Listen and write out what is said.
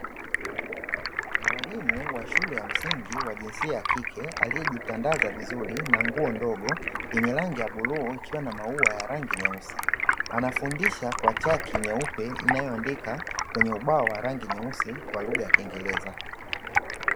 Mwalimu wa shule ya msingi wa jinsia ya kike aliyejitangaza vizuri na nguo ndogo yenye rangi ya blue ikiwa na maua ya rangi nyeusi anafundisha kwa chaki nyeupe inayoandika kwenye ubao wa rangi nyeusi kwa lugha ya kiingereza.